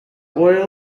oil